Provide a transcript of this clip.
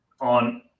on